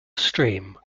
stream